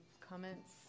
comments